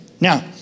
Now